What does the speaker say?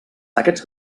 aquests